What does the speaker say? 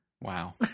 Wow